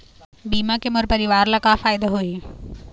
बीमा के मोर परवार ला का फायदा होही?